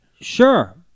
Sure